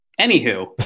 Anywho